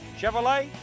Chevrolet